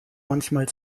manchmal